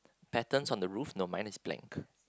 patterns on the roof no mine is blank